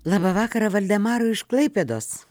labą vakarą valdemarui iš klaipėdos